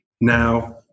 now